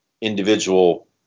individual